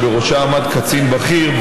שבראשה עמד קצין בכיר,